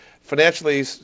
Financially